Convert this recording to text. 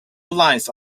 lines